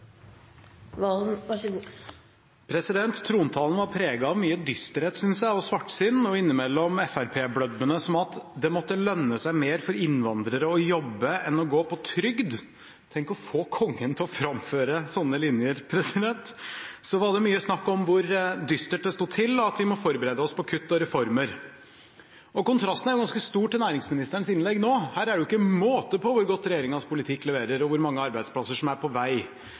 sånne linjer! Så var det mye snakk om hvor dystert det sto til, at vi må forberede oss på kutt og reformer. Kontrasten er ganske stor til næringsministerens innlegg nå. Her er det ikke måte på hvor godt regjeringens politikk leverer, og hvor mange arbeidsplasser som er på